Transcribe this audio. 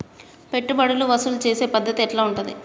పెట్టుబడులు వసూలు చేసే పద్ధతి ఎట్లా ఉంటది?